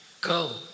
Go